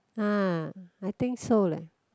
uh I think so leh